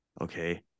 okay